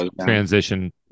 transition